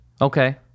okay